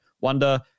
wonder